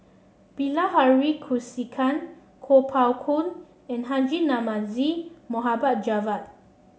Bilahari Kausikan Kuo Pao Kun and Haji Namazie Mohbed Javad